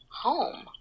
home